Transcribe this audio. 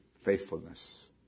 Faithfulness